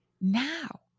now